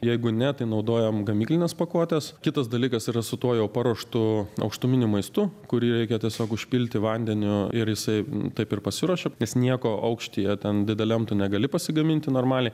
jeigu ne tai naudojam gamyklines pakuotes kitas dalykas yra su tuo jau paruoštu aukštuminiu maistu kurį reikia tiesiog užpilti vandeniu ir jisai taip ir pasiruošia nes nieko aukštyje ten dideliam tu negali pasigaminti normaliai